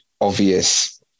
obvious